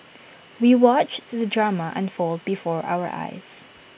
we watched the drama unfold before our eyes